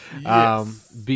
Yes